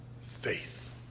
faith